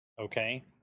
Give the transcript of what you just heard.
Okay